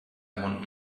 want